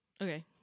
Okay